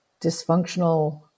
dysfunctional